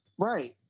Right